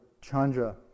Chandra